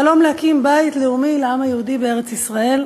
החלום להקים בית-לאומי לעם היהודי בארץ-ישראל,